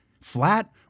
Flat